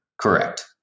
Correct